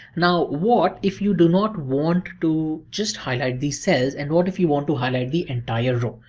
now what if you do not want to just highlight these cells, and what if you want to highlight the entire row?